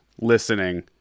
listening